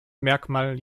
merkmal